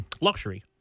luxury